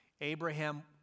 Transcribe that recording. Abraham